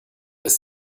ist